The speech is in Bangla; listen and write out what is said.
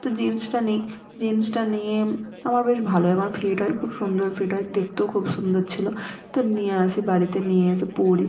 তো জিন্সটা নিই জিন্সটা নিয়ে আমার বেশ ভালো আমার হয় খুব সুন্দর ফিট হয় দেখতেও খুব সুন্দর ছিলো তো নিয়ে আসি বাড়িতে নিয়ে এসে পরি